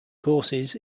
courses